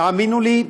תאמינו לי,